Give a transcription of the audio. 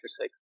six